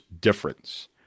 difference